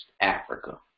Africa